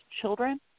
children